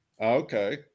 Okay